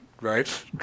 right